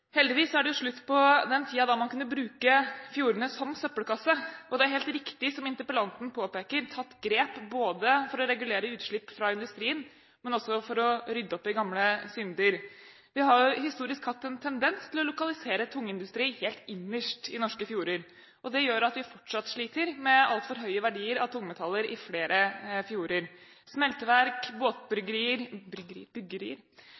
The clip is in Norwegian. er det slutt på den tiden da man kunne bruke fjordene som søppelkasse. Det er helt riktig, som interpellanten påpeker, at det er tatt grep både for å regulere utslipp fra industrien og for å rydde opp i gamle synder. Vi har historisk sett hatt en tendens til å lokalisere tungindustri helt innerst i norske fjorder. Det gjør at vi fortsatt sliter med altfor høye verdier av tungmetaller i flere fjorder. Smelteverk,